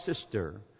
sister